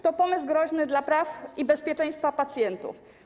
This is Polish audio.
To pomysł groźny dla praw i bezpieczeństwa pacjentów.